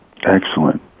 Excellent